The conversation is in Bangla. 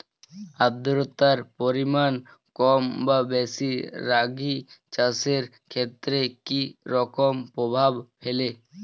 আদ্রতার পরিমাণ কম বা বেশি রাগী চাষের ক্ষেত্রে কি রকম প্রভাব ফেলে?